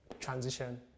transition